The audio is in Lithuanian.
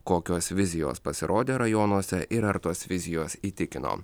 kokios vizijos pasirodė rajonuose ir ar tos vizijos įtikino